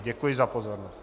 Děkuji za pozornost.